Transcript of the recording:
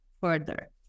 further